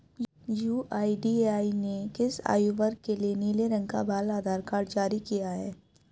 UIDAI ने किस आयु वर्ग के लिए नीले रंग का बाल आधार कार्ड जारी किया है?